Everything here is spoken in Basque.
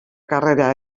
karrera